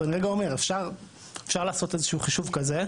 אז אני רגע אומר, אפשר לעשות איזשהו חישוב כזה.